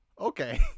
okay